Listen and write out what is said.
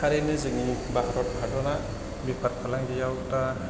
थारैनो जोंनि भारत हादरा बेफार फालांगियाव दा